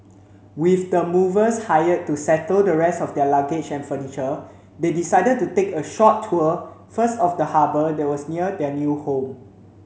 with the movers hired to settle the rest of their luggage and furniture they decided to take a short tour first of the harbour that was near their new home